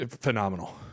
phenomenal